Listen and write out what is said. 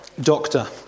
Doctor